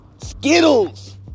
Skittles